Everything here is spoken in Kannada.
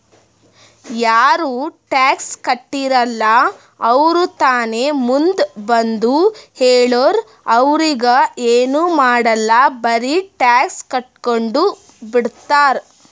ಯಾರು ಟ್ಯಾಕ್ಸ್ ಕಟ್ಟಿರಲ್ಲ ಅವ್ರು ತಾನೇ ಮುಂದ್ ಬಂದು ಹೇಳುರ್ ಅವ್ರಿಗ ಎನ್ ಮಾಡಾಲ್ ಬರೆ ಟ್ಯಾಕ್ಸ್ ಕಟ್ಗೊಂಡು ಬಿಡ್ತಾರ್